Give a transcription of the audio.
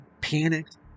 panicked